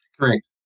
Correct